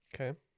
okay